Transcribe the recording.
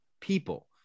people